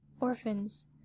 Orphans